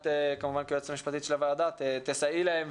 את כיועצת המשפטית של הוועדה כמובן תסייעי להם.